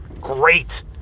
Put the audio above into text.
great